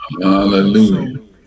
Hallelujah